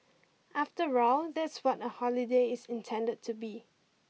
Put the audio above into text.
after all that's what a holiday is intended to be